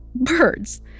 birds